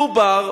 מדובר